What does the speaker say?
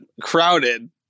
crowded